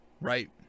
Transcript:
right